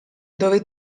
dove